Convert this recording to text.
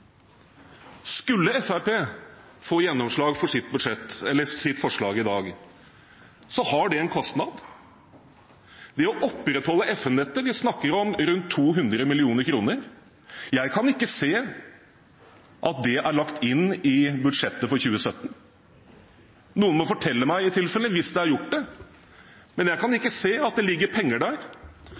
Skulle Fremskrittspartiet få gjennomslag for sitt forslag i dag, har det en kostnad. Det å opprettholde FM-nettet vil koste rundt 200 mill. kr. Jeg kan ikke se at det er lagt inn i budsjettet for 2017. Noen må i tilfelle fortelle meg det, hvis det er gjort, for jeg kan ikke se at det ligger penger der.